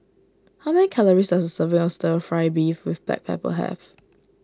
how many calories does a serving of Stir Fry Beef with Black Pepper have